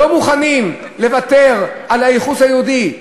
לא מוכנים לוותר על הייחוס היהודי.